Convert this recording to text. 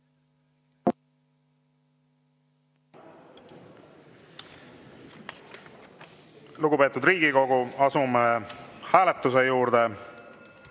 Lugupeetud Riigikogu! Asume hääletuse juurde.